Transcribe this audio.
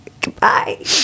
Goodbye